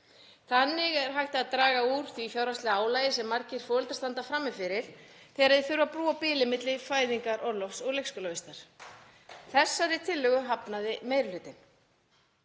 Þannig er hægt að draga úr því fjárhagslega álagi sem margir foreldrar standa frammi fyrir þegar þau þurfa að brúa bilið milli fæðingarorlofs og leikskólavistar. Þessari tillögu hafnaði meiri hlutinn.